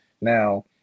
Now